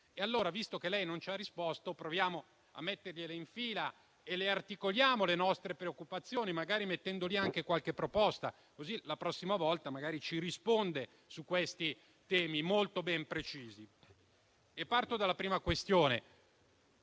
Allora, visto che lei non ci ha risposto, proviamo a mettere in fila e ad articolare le nostre preoccupazioni, indicando anche qualche proposta, così la prossima volta magari ci risponde su questi temi molto ben precisi. Parto dalla prima questione.